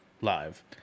live